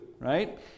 Right